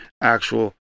actual